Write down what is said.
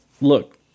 look